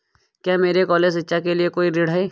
क्या मेरे कॉलेज शिक्षा के लिए कोई ऋण है?